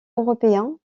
européens